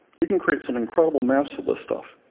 you can create some incredible maps with this stuff.